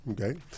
Okay